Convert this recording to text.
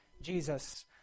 Jesus